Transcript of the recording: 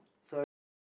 sorry